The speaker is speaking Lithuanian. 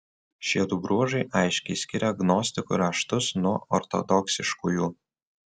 šiedu bruožai aiškiai skiria gnostikų raštus nuo ortodoksiškųjų